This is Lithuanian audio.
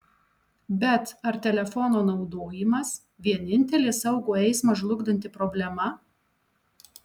bet ar telefono naudojimas vienintelė saugų eismą žlugdanti problema